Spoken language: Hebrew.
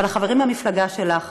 אבל החברים מהמפלגה שלך